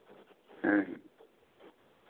ᱦᱮᱸ